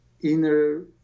inner